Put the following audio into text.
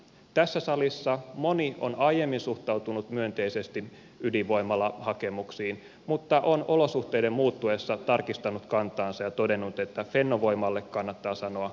tässä salissa moni on aiemmin suhtautunut myönteisesti ydinvoimalahakemuksiin mutta on olosuhteiden muuttuessa tarkistanut kantaansa ja todennut että fennovoimalle kannattaa sanoa kiitos ei